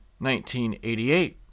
1988